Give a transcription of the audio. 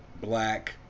black